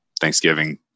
Thanksgiving